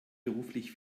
beruflich